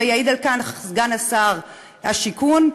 ויעיד על כך סגן שר הבינוי והשיכון.